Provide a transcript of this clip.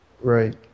Right